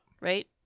Right